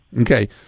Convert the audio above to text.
okay